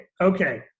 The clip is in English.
okay